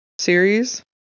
series